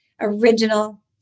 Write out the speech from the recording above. original